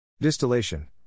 Distillation